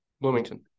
Bloomington